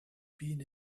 been